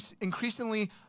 increasingly